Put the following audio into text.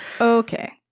Okay